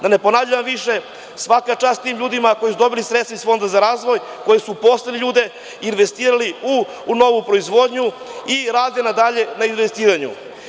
Da ne ponavljam, svaka čast tim ljudima koji su dobili sredstva iz Fonda za razvoj, koji su uposlili ljude, investirali u novu proizvodnju i rade dalje na investiranju.